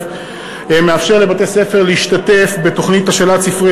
מאפשר לבתי-ספר להשתתף בתוכנית השאלת ספרי